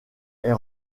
est